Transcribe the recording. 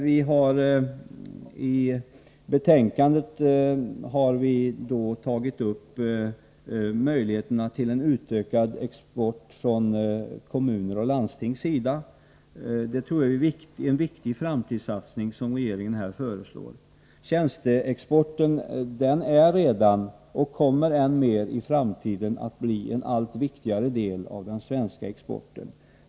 Vi har i betänkandet tagit upp möjligheterna till en utökad export från kommuners och landstings sida. Jag tror att det är en viktig framtida satsning som regeringen här föreslår. Tjänsteexporten är redan och kommer än mer i framtiden att bli en allt viktigare del av den svenska exporten.